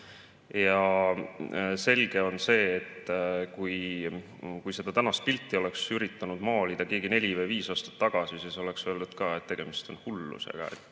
Selge on see, et kui seda tänast pilti oleks üritanud maalida keegi neli või viis aastat tagasi, siis oleks öeldud, et tegemist on hullusega.